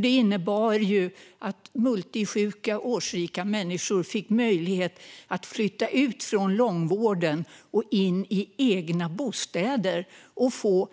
Den innebar ju att multisjuka, årsrika människor fick möjlighet att flytta ut från långvården och in i egna bostäder och där få